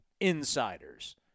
insiders